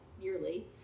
yearly